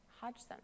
Hodgson